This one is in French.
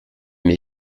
mes